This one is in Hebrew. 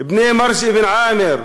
בני מרג' אבן עאמר,